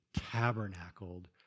tabernacled